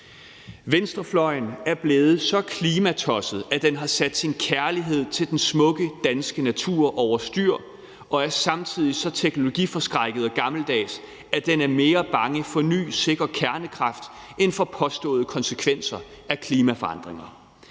Venstrefløjen er blevet så klimatosset, at den har sat sin kærlighed til den smukke danske natur over styr, og er samtidig så teknologiforskrækket og gammeldags, at den er mere bange for ny sikker kernekraft end for påståede konsekvenser af klimaforandringer.